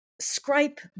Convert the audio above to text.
scrape